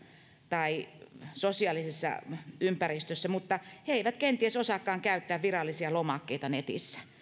tai sosiaalisessa ympäristössä mutta he eivät kenties osaakaan käyttää virallisia lomakkeita netissä